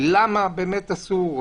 למה באמת אסור,